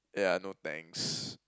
yeah no thanks